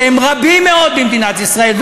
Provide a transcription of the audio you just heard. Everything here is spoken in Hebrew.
שהם רבים מאוד במדינת ישראל,